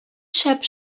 шәп